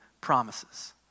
promises